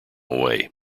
away